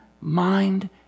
mind